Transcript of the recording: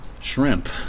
Shrimp